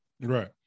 Right